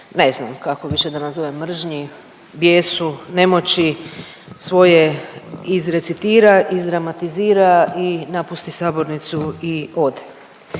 ne znam više kako da nazovem, mržnji, bijesu, nemoći svoje izrecitira, izdramatizira i napusti sabornicu i ode.